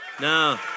No